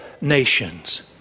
nations